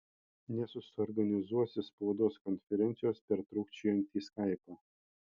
nesusiorganizuosi spaudos konferencijos per trūkčiojantį skaipą